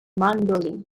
mandolin